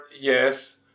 yes